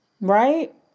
Right